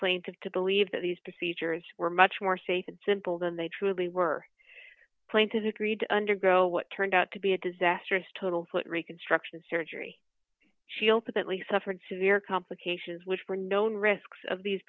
plaintiff to believe that these procedures were much more safe and simple than they truly were plaintiffs agreed to undergo what turned out to be a disastrous total foot reconstruction surgery she openly suffered severe complications which were known risks of these